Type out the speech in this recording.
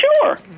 Sure